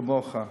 כמוך,